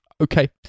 Okay